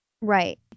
Right